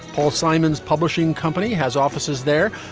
paul simon's publishing company has offices there.